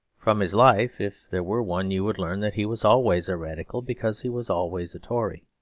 from his life, if there were one, you would learn that he was always a radical because he was always a tory.